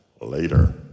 Later